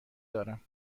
دارم